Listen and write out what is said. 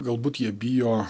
galbūt jie bijo